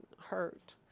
hurt